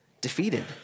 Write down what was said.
defeated